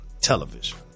television